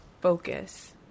focus